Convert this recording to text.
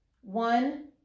one